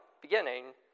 beginning